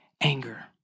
anger